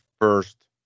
first